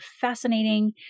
fascinating